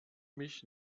mich